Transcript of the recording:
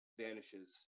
vanishes